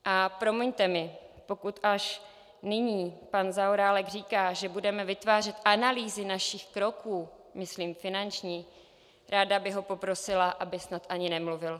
A promiňte mi, pokud až nyní pan Zaorálek říká, že budeme vytvářet analýzy našich kroků, myslím finančních, ráda bych ho poprosila, aby snad ani nemluvil.